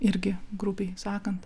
irgi grubiai sakant